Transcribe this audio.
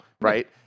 right